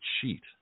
cheat